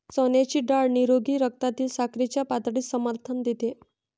चण्याची डाळ निरोगी रक्तातील साखरेच्या पातळीस समर्थन देते